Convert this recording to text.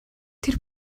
тэр